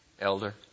elder